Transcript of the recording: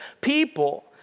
people